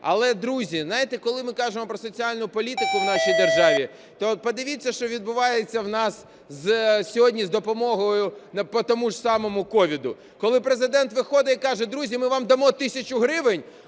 Але, друзі, знаєте, коли ми кажемо про соціальну політику в нашій державі, то подивіться, що відбувається в нас сьогодні з допомогою по тому ж самому ковіду, коли Президент виходить і каже: друзі, ми вам дамо тисячу гривень,